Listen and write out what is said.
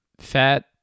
fat